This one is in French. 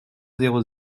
zéro